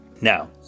Now